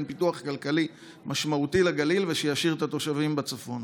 פיתוח כלכלי משמעותי לגליל ושישאיר את התושבים בצפון.